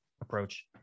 approach